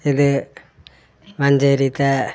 ഇത് മഞ്ചേരിത്തെ